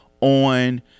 on